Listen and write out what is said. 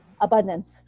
abundance